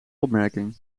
opmerking